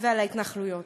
ועל ההתנחלויות.